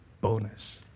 bonus